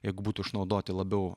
jeigu būtų išnaudoti labiau